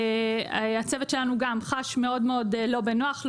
הצוות שלנו גם חש מאוד לא בנוח.